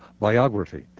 biography